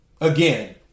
Again